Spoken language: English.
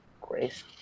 Grace